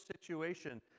situation